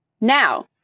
Now